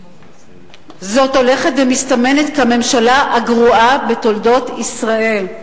זאת הולכת ומסתמנת כממשלה הגרועה בתולדות ישראל.